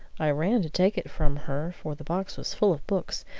i ran to take it from her, for the box was full of books,